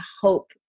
hope